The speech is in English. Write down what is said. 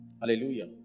Hallelujah